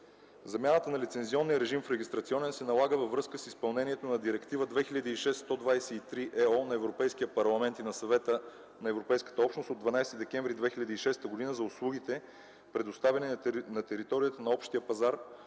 Замяната на лицензионния режим в регистрационен се налага във връзка с изпълнението на Директива 2006/123/ЕО на Европейския парламент и на Съвета на ЕО от 12 декември 2006 г. за услугите, предоставяни на територията на Общия пазар,